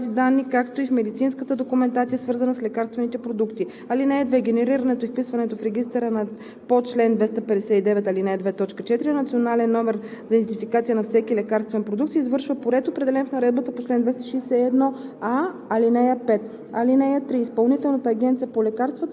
2. се използва от всички лица, във всички регистри и други бази данни, както и в медицинската документация, свързана с лекарствените продукти. (2) Генерирането и вписването в регистъра по чл. 259, ал. 2, т. 4 на национален номер за идентификация на всеки лекарствен продукт се извършва по ред, определен в наредбата по чл. 261а,